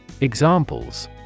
Examples